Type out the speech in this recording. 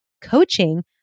coaching